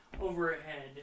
overhead